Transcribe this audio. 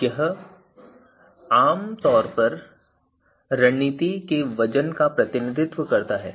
तो यह आम तौर पर रणनीति के वजन का प्रतिनिधित्व करता है